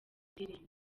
indirimbo